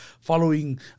following